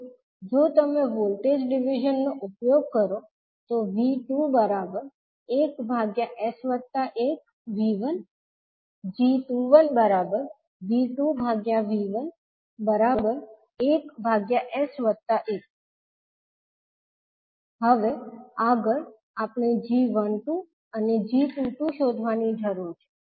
તેથી જો તમે વોલ્ટેજ ડિવિઝન નો ઉપયોગ કરો તો V21s1V1 g21V2V11s1 હવે આગળ આપણે 𝐠12 અને 𝐠22 શોધવાની જરૂર છે